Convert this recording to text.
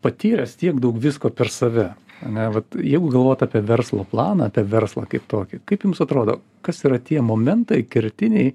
patyręs tiek daug visko per save ane vat jeigu galvot apie verslo planą apie verslą kaip tokį kaip jums atrodo kas yra tie momentai kertiniai